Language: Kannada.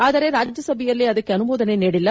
ಆದರೆ ರಾಜ್ಯಸಭೆಯಲ್ಲಿ ಅದಕ್ಕೆ ಅನುಮೋದನೆ ನೀಡಿಲ್ಲ